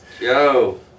Yo